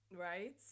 right